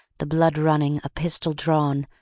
the blood running, a pistol drawn,